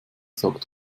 sagt